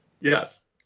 Yes